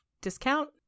discount